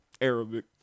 Arabic